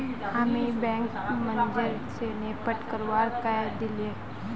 हामी bank manager स NEFT करवा कहइ दिले